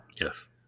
Yes